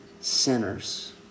sinners